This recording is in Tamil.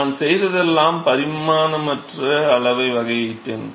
நான் செய்ததெல்லாம் நான் பரிமாணமற்ற அளவை வகையிட்டேன்